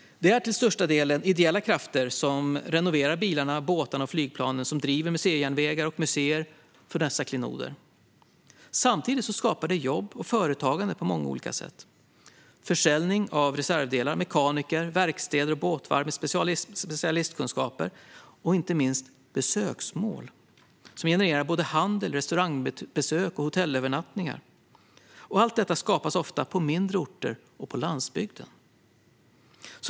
Det är till största delen ideella krafter som renoverar bilarna, båtarna och flygplanen och som driver museijärnvägar och museer för dessa klenoder. Samtidigt skapar detta jobb och företagande på många olika sätt. Det handlar om försäljning av reservdelar, om mekaniker och om verkstäder och båtvarv med specialistkunskaper. Inte minst handlar det om besöksmål som genererar såväl handel som restaurangbesök och hotellövernattningar. Allt detta skapas ofta på mindre orter och på landsbygden.